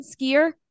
skier